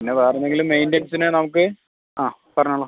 പിന്നെ വേറെ എന്തെങ്കിലും മെയിൻ്റനൻസിനെ നമുക്ക് ആ പറഞ്ഞോളൂ